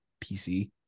pc